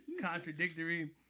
contradictory